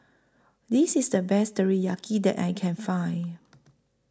This IS The Best Teriyaki that I Can Find